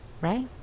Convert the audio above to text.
right